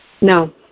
No